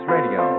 Radio